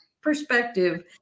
perspective